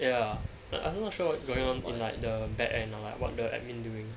ya I'm not sure what's going on in like the backend uh like what the admin doing